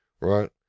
right